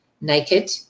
naked